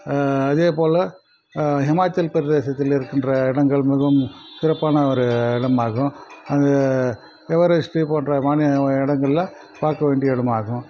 அதேபோல் ஹிமாச்சல் பிரதேசத்தில் இருக்கின்ற இடங்கள் மிகவும் சிறப்பான ஒரு இடமாகும் அங்கே எவரெஸ்ட்டு போன்ற மாநி இடங்களெலாம் பார்க்க வேண்டிய இடமாகும்